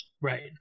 Right